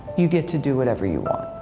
you get to do whatever you want.